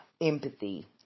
empathy